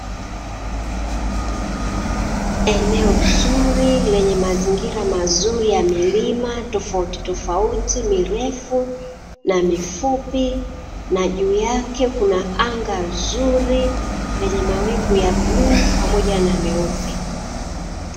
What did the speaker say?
Eneo zuri lenye mazingira mazuri ya milima tofautitofauti, mirefu na mifupi na juu yake kuna anga zuri, lenye mawingu ya bluu pamoja na meupe.